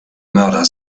mörder